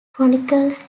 chronicles